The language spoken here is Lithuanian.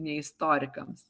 ne istorikams